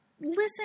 listen